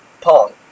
Pong